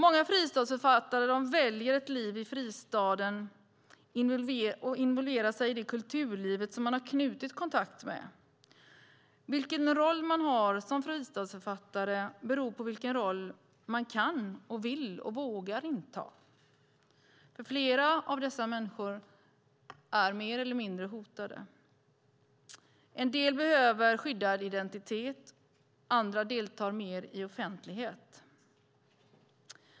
Många fristadsförfattare väljer ett liv i fristaden och involverar sig i det kulturliv som man har knutit kontakt med. Vilken roll man har som fristadsförfattare beror på vilken roll man kan, vill och vågar inta. Flera av dessa människor är mer eller mindre hotade. En del behöver skyddad identitet, andra deltar mer i offentlighet.